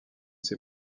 ses